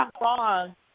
wrong